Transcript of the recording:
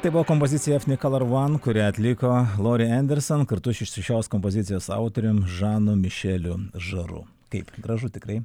tai buvo kompozicija efni kolor van kurią atliko lori enderson kartu su iš šios kompozicijos autoriam žanu mišeliu žaru kaip tai gražu tikrai